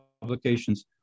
publications